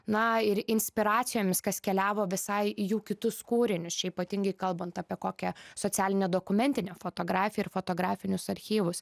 na ir inspiracijomis kas keliavo visai į jų kitus kūrinius čia ypatingai kalbant apie kokią socialinę dokumentinę fotografiją ir fotografinius archyvus